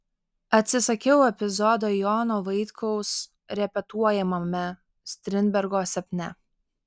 atsisakiau epizodo jono vaitkaus repetuojamame strindbergo sapne